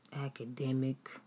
academic